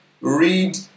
read